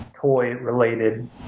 toy-related